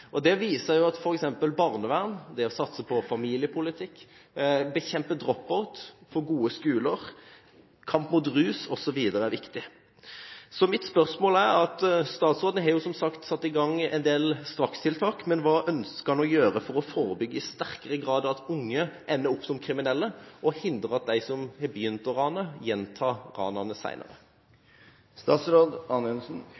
Det viser f.eks. at barnevern, det å satse på familiepolitikk, det å bekjempe «drop out», det å få gode skoler, det å kjempe mot rus osv. er viktig. Mitt spørsmål er: Statsråden har, som sagt, satt i gang en del strakstiltak – men hva ønsker han å gjøre for i sterkere grad å forebygge at unge ender opp som kriminelle, og hindre at de som har begynt å rane, gjentar ranene